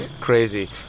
Crazy